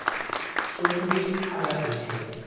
सुंडी काला कइथे?